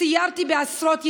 סיירתי בעשרות יישובים.